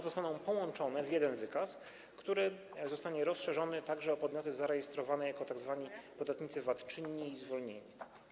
Zostaną one połączone w jeden wykaz, który następnie rozszerzymy także o podmioty zarejestrowane jako tzw. podatnicy VAT czynni i zwolnieni.